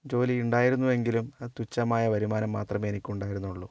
ജോലിയുണ്ടായിരുന്നുവെങ്കിലും അത് തുച്ഛമായ വരുമാനം മാത്രമേ എനിക്കുണ്ടായിരുന്നുള്ളു